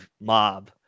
mob